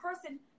person